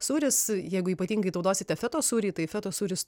sūris jeigu ypatingai naudosite fetos sūrį tai fetos sūris